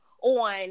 on